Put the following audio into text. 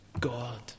God